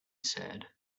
said